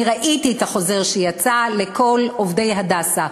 ראיתי את החוזר שיצא לכל עובדי "הדסה":